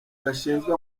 gashinzwe